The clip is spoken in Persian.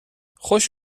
خوش